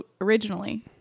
originally